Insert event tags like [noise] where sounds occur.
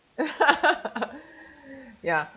[laughs] ya